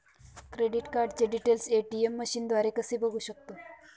Credit कार्डचे details ATM मशीनद्वारे कसे बघू शकतो?